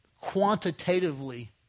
quantitatively